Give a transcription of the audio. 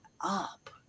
up